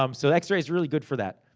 um so x-ray's really good for that.